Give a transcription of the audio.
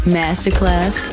masterclass